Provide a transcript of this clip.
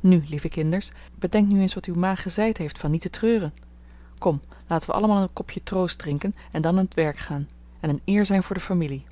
nu lieve kinders bedenkt nu eens wat uw ma gezeid heeft van niet te treuren kom laten we allemaal een kopje troost drinken en dan aan t werk gaan en een eer zijn voor de familie